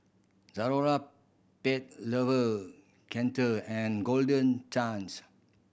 Zalora Pet Lover and Golden Chance